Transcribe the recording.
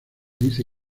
dice